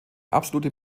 absolute